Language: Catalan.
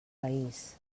país